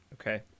Okay